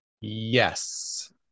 Yes